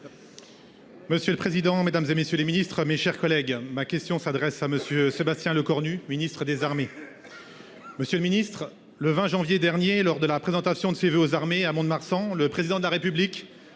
Monsieur le président, Mesdames, et messieurs les ministres, mes chers collègues, ma question s'adresse à monsieur Sébastien Lecornu Ministre des Armées. Monsieur le Ministre, le 20 janvier dernier lors de la présentation de ses voeux aux armées à Mont-de-Marsan. Le président de la République